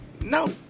No